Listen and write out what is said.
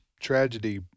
tragedy